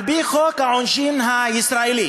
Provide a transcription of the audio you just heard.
על-פי חוק העונשין הישראלי